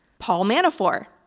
paul manafort.